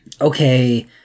okay